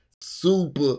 Super